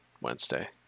Wednesday